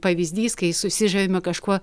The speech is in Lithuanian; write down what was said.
pavyzdys kai susižavime kažkuo